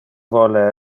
vole